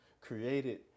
created